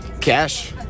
cash